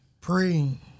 praying